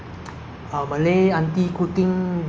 remain in my mind until now until today